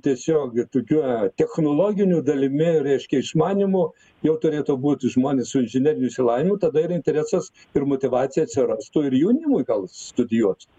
tiesiog ir tokiuo technologiniu dalimi reiškia išmanymu jau turėtų būti žmonės su inžineriniu išsilavinimu tada ir interesas ir motyvacija atsirastų ir jaunimui gal studijuot